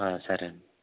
సరే అండి